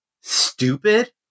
stupid